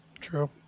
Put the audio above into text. true